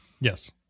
Yes